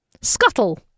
Scuttle